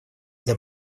для